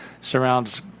surrounds